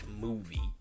movie